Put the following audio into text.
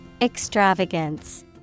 Extravagance